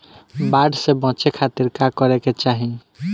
बाढ़ से बचे खातिर का करे के चाहीं?